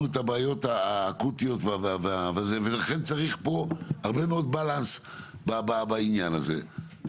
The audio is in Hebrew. את הבעיות האקוטיות ולכן צריך פה הרבה מאוד balance בעניין הזה.